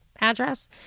address